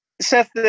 Seth